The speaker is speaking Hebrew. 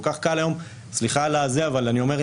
סליחה שאני אומר,